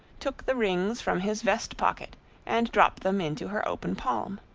took the rings from his vest pocket and dropped them into her open palm.